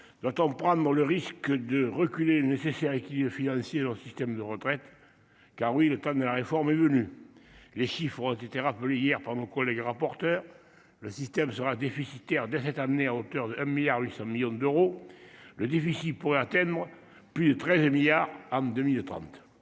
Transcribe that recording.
Doit autant prendre le risque de reculer nécessaire et qui financier leur système de retraite. Car oui, le temps de la réforme est venue. Les chiffres ont été rappelés hier par mon collègue rapporteur le système sera déficitaire de 7 amené à hauteur de 1 milliard 800 millions d'euros le déficit pourrait atteindre plus de 13 milliards en 2030.